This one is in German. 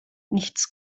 nichts